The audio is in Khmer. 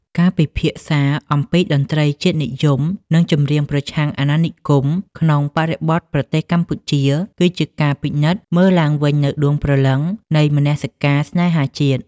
ការពិភាក្សាអំពីតន្ត្រីជាតិនិយម និងចម្រៀងប្រឆាំងអាណានិគមក្នុងបរិបទប្រទេសកម្ពុជា គឺជាការពិនិត្យមើលឡើងវិញនូវដួងព្រលឹងនៃមនសិការស្នេហាជាតិ។